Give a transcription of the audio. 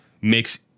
makes